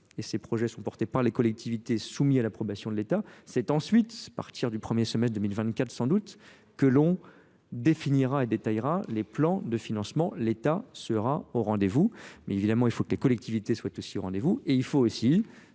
et ces projets sont portés par les collectivités soumis à l'approbation de l'état c'est ensuite à partir du premier semestre de deux mille vingt quatre sans doute que l'on définira et détaillera les plans de financement l'état sera au rendez vous mais évidemment il faut que les collectivités soient aussi au rendez vous et il faut aussi